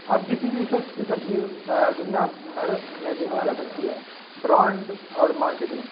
اپ کسی بھی شخص کی تصویر دنیا بھر میں دیکھی جا سکتی ہے برانڈز اور مارکیٹنگ